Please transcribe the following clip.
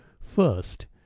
first